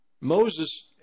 Moses